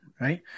right